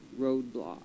roadblock